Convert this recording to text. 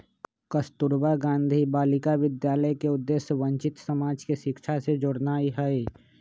कस्तूरबा गांधी बालिका विद्यालय के उद्देश्य वंचित समाज के शिक्षा से जोड़नाइ हइ